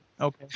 okay